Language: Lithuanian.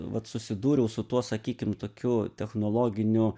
vat susidūriau su tuo sakykim tokiu technologiniu